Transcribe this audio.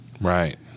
Right